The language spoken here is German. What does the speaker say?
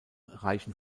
reichen